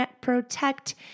protect